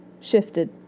shifted